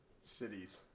cities